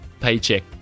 paycheck